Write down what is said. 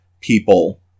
People